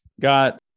got